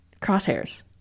crosshairs